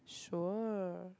sure